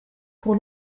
pour